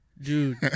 Dude